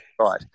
right